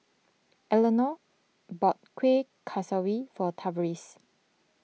Elenor bought Kueh Kaswi for Tavaris